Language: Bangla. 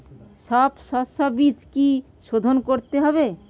সব শষ্যবীজ কি সোধন করতে হবে?